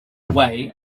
way